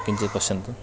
किञ्चित् पश्यन्तु